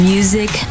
Music